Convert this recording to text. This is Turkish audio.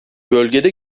bölgede